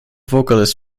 vocalist